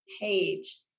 page